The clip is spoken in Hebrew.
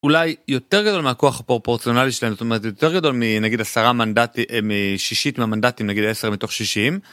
אולי יותר גדול מהכוח הפורפורציונלי שלהם, זאת אומרת יותר גדול מנגיד עשרה מנדטים, משישית מהמנדטים נגיד 10 מתוך 60.